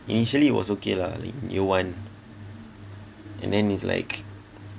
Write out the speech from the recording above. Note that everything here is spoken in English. initially it was okay lah like in year one and then it's like